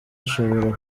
ashobora